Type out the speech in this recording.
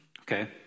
okay